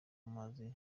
amazi